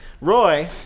Roy